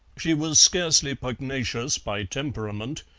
she was scarcely pugnacious by temperament,